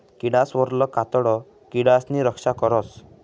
किडासवरलं कातडं किडासनी रक्षा करस